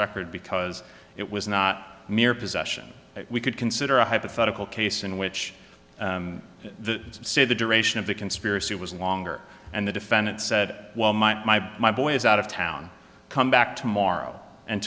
record because it was not mere possession we could consider a hypothetical case in which the say the duration of the conspiracy was longer and the defendant said my boy is out of town come back tomorrow and